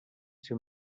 two